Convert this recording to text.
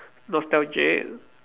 nostalgic